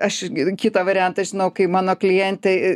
aš gi kitą variantą žinau kai mano klientei